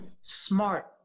smart